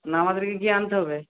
না আমাদেরকে গিয়ে আনতে হবে